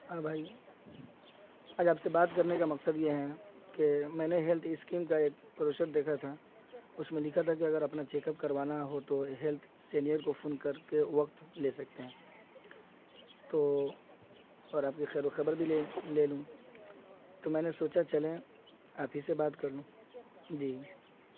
ہاں بھائی آج آپ سے بات کرنے کا مقصد یہ ہے کہ میں نے ہیلتھ اسکیم کا ایک پروشر دیکھا تھا اس میں لکھا تھا کہ اگر اپنا چیک اپ کروانا ہو تو ہیلتھ سینئر کو فون کر کے وقت لے سکتے ہیں تو اور آپ کے خیر و خبر بھی لے لے لوں تو میں نے سوچا چلیں آپ ہی سے بات کر لوں جی